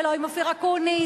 ולא עם אופיר אקוניס,